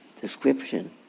description